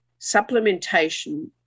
supplementation